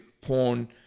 porn